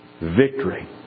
victory